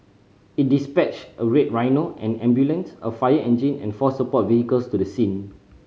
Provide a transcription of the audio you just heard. it dispatched a Red Rhino an ambulance a fire engine and four support vehicles to the scene